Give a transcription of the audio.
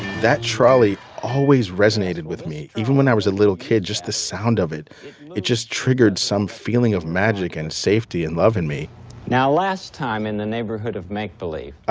that trolley always resonated with me. even when i was a little kid, just the sound of it it just triggered some feeling of magic and safety and love in me now, last time in the neighborhood of make-believe.